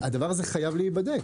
הדבר הזה חייב להיבדק,